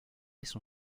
son